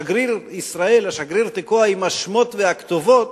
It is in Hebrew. לשגריר ישראל, השגריר תקוע, עם השמות והכתובות,